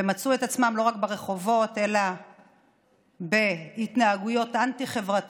ומצאו את עצמם לא רק ברחובות אלא בהתנהגויות אנטי-חברתיות,